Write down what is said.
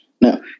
Now